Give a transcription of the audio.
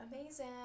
amazing